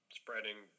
spreading